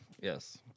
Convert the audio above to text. Yes